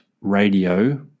radio